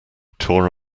tore